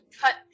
cut